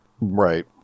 Right